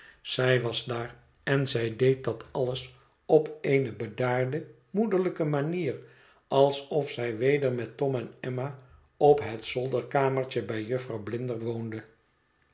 zij was daar en zij deed dat alles op eene bedaarde moederlijke manier alsof zij weder met tom en emma op het zolderkamertje bij jufvrouw blinder woonde